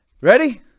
Ready